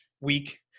week